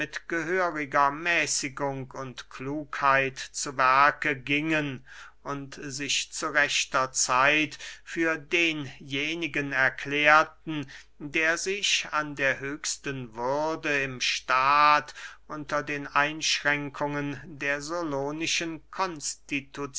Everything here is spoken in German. gehöriger mäßigung und klugheit zu werke gingen und sich zu rechter zeit für denjenigen erklärten der sich an der höchsten würde im staat unter den einschränkungen der